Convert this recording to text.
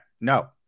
no